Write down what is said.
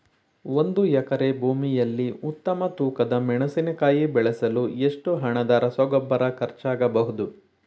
ಒಂದು ಎಕರೆ ಭೂಮಿಯಲ್ಲಿ ಉತ್ತಮ ತೂಕದ ಮೆಣಸಿನಕಾಯಿ ಬೆಳೆಸಲು ಎಷ್ಟು ಹಣದ ರಸಗೊಬ್ಬರ ಖರ್ಚಾಗಬಹುದು?